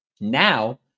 Now